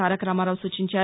తారక రామారావు సూచించారు